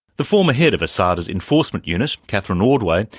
the former head of asada's enforcement unit, catherine ordway,